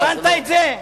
הבנת את זה?